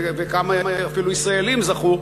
וכמה אפילו ישראלים זכו,